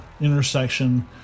intersection